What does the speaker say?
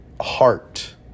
heart